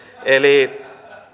eli